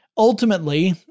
Ultimately